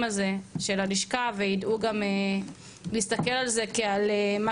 הזה של הלשכה וידעו גם להסתכל על זה כעל מה